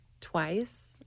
twice